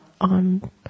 on